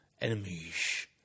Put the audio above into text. enemies